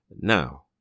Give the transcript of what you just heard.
Now